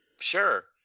Sure